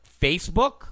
Facebook